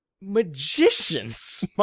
Magicians